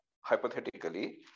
hypothetically